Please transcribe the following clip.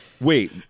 Wait